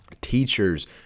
teachers